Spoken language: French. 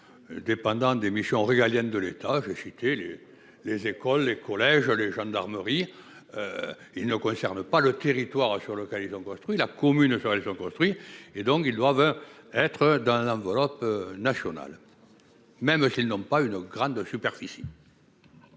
Dépendants des missions régaliennes de l'État. J'ai les, les écoles, les collèges les gendarmeries. Il ne concerne pas le territoire sur lequel ils ont construit la commune, faire les gens construit et donc ils doivent être dans l'enveloppe nationale. Même s'ils n'ont pas une grande superficie.